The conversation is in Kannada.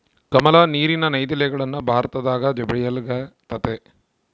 ಕಮಲ, ನೀರಿನ ನೈದಿಲೆಗಳನ್ನ ಭಾರತದಗ ಬೆಳೆಯಲ್ಗತತೆ